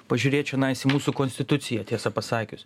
pažiūrėt čionais į mūsų konstituciją tiesą pasakius